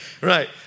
right